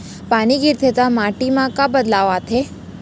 पानी गिरथे ता माटी मा का बदलाव आथे?